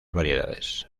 variedades